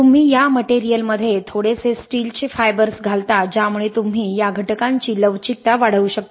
तुम्ही या मटेरियलमध्ये थोडेसे स्टीलचे फायबर्स घालता ज्यामुळे तुम्ही या घटकांची लवचिकता वाढवू शकता